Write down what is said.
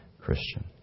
Christian